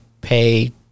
pay